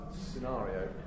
scenario